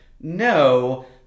no